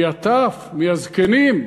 מהטף, מהזקנים.